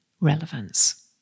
relevance